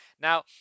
Now